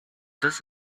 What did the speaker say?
this